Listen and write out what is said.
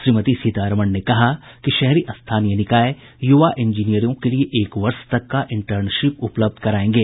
श्रीमती सीतारामण ने कहा कि शहरी स्थानीय निकाय युवा इंजीनियरों के लिए एक वर्ष तक का इंटर्नशिप उपलब्ध कराएंगे